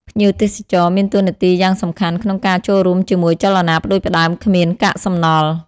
ភ្ញៀវទេសចរមានតួនាទីយ៉ាងសំខាន់ក្នុងការចូលរួមជាមួយចលនាផ្តួចផ្តើមគ្មានកាកសំណល់។